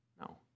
No